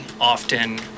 often